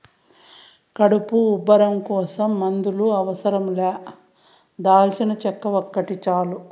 కడుపు ఉబ్బరం కోసం మందుల అవసరం లా దాల్చినచెక్క ఒకటి చాలు